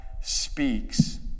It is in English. speaks